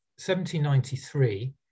1793